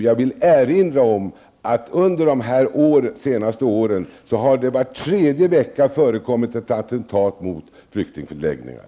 Jag vill erinra om att det var tredje vecka under de senaste åren har förekommit ett attentat mot flyktingförläggningar.